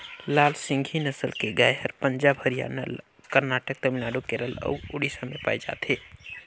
लाल सिंघी नसल के गाय हर पंजाब, हरियाणा, करनाटक, तमिलनाडु, केरल अउ उड़ीसा में पाए जाथे